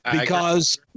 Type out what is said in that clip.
Because-